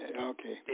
Okay